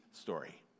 story